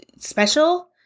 special